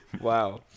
Wow